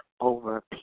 over